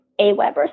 Aweber